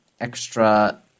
extra